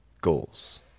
goals